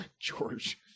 George